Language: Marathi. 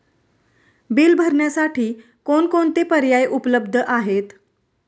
बिल भरण्यासाठी कोणकोणते पर्याय उपलब्ध आहेत?